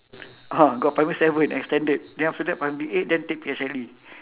ah got primary seven extended then after that primary eight then take P_S_L_E